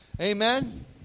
Amen